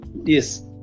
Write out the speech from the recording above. yes